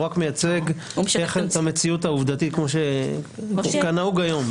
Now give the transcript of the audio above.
הוא רק מייצג את המציאות העובדתית, כנהוג היום.